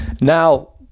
Now